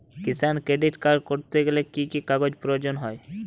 কিষান credit card করতে গেলে কি কি কাগজ প্রয়োজন হয়?